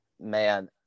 Man